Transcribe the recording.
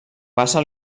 passa